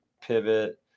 Pivot